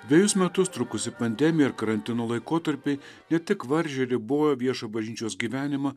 dvejus metus trukusi pandemija ir karantino laikotarpiai ne tik varžė ir ribojo viešą bažnyčios gyvenimą